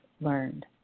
learned